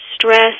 stress